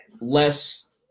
less